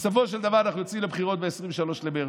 בסופו של דבר אנחנו יוצאים לבחירות ב-23 במרץ.